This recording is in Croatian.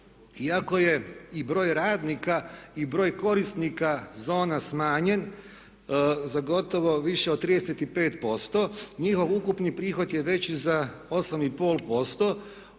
Iako je i broj radnika i broj korisnika zona smanjen za gotovo više od 35% njihov ukupni prihod je veći za 8,5%